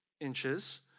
inches